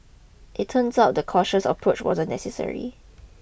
it turns out the cautious approach wasn't necessary